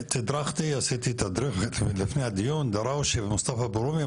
עשיתי תדריך לפני הדיון, דראושה ומוסטפא אבו רומי.